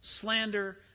slander